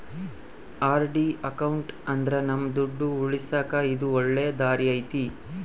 RD account ಇದ್ರ ನಮ್ ದುಡ್ಡು ಉಳಿಸಕ ಇದು ಒಳ್ಳೆ ದಾರಿ ಐತಿ